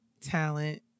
talent